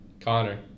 connor